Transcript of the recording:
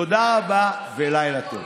תודה רבה ולילה טוב.